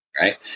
right